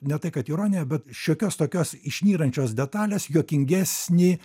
ne tai kad ironiją bet šiokios tokios išnyrančios detalės juokingesnį